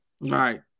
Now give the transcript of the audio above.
Right